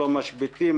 לא משביתים,